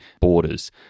borders